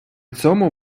цьому